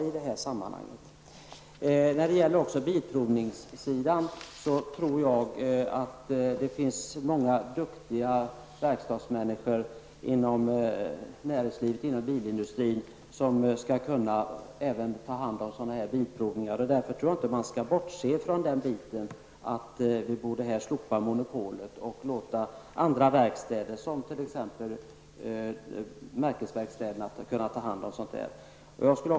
När det gäller bilprovningssidan är jag övertygad om att det finns många duktiga verkstadsmänniskor inom näringslivet och bilindustrin som säkert skulle kunna ta hand om även bilprovningar. Jag tycker inte att man skall bortse från tanken på att slopa monopolet och låta exempelvis märkesverkstäder ta hand om efterkontrollen.